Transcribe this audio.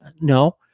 No